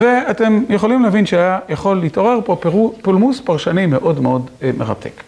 ואתם יכולים להבין שהיה יכול להתעורר פה פולמוס פרשני מאוד מאוד מרתק.